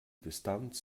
distanz